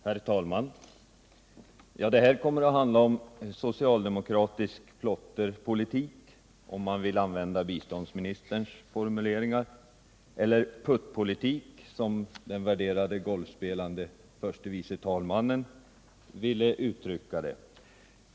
Herr talman! Det här kommer att handla om socialdemokratisk plotterpolitik, om man vill använda biståndsministerns formulering, eller putterpoli tik, som den värderade golfspelande förste vice talmannen vill uttrycka det.